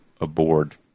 aboard